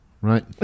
right